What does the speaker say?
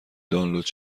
دانلود